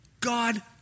God